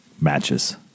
Matches